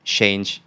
change